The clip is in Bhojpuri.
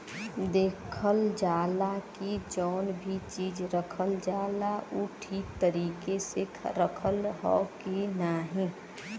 देखल जाला की जौन भी चीज रखल जाला उ ठीक तरीके से रखल हौ की नाही